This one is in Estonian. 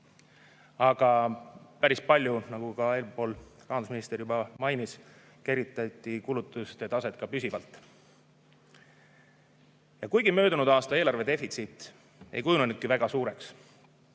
aga päris palju, nagu ka eelpool rahandusminister juba mainis, kergitati kulutuste taset ka püsivalt. Kuigi möödunud aasta eelarvedefitsiit ei kujunenudki väga suureks,